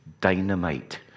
dynamite